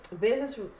business